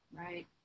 Right